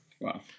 Wow